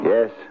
Yes